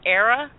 era